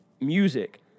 music